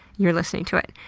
you're listening to it.